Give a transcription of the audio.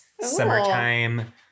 summertime